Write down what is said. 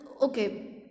okay